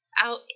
out